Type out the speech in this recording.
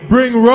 bring